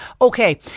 Okay